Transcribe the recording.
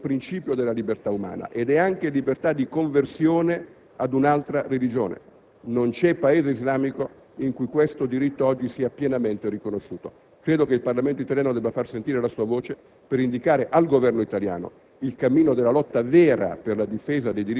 La libertà di religione è il principio della libertà umana ed è anche libertà di conversione ad un'altra religione. Non c'è Paese islamico in cui questo diritto oggi sia pienamente riconosciuto. Credo che il Parlamento italiano debba far sentire la sua voce per indicare al Governo italiano